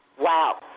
Wow